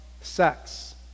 sex